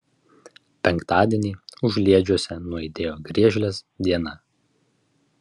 penktadienį užliedžiuose nuaidėjo griežlės diena